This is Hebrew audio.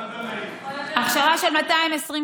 (חברת הכנסת אורלי לוי אבקסיס יוצאת מאולם המליאה.) הכשרה של 220 שעות,